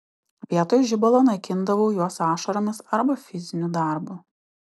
vietoj žibalo naikindavau juos ašaromis arba fiziniu darbu